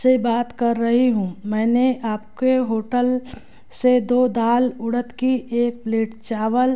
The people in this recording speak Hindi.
से बात कर रही हूँ मैंने आपके होटल से दो दाल उड़द की एक प्लेट चावल